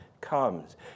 comes